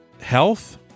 health